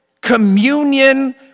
communion